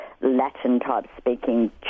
Latin-type-speaking